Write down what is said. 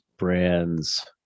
brands